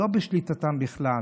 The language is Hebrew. לא בשליטתם בכלל,